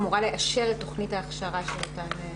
אמורה לאשר את תוכנית ההכשרה של אותן יועצות.